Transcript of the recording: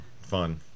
fun